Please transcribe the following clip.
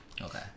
okay